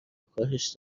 کاهش